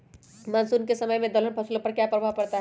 Monsoon के समय में दलहन फसलो पर क्या प्रभाव पड़ता हैँ?